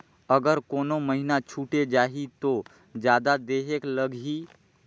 अगर कोनो महीना छुटे जाही तो जादा देहेक लगही?